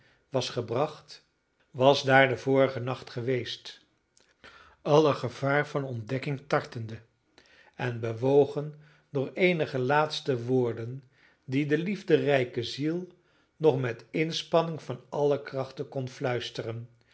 was gebracht was daar den vorigen nacht geweest alle gevaar van ontdekking tartende en bewogen door eenige laatste woorden die de liefderijke ziel nog met inspanning van alle krachten kon fluisteren